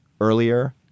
earlier